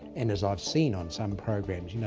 and, as i've seen on some programmes, you know